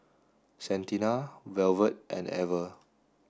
Santina Velvet and Ever